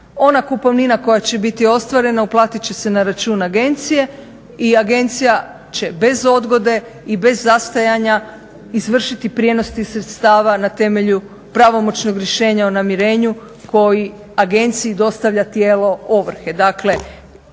Ona kupovina koja će biti ostvarena uplatit će se na račun agencije i agencija će bez odgode i bez zastajanja izvršiti prijenos tih sredstava na temelju pravomoćnog rješenja o namirenju koji agenciji dostavlja tijelo ovrhe,